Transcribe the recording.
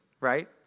right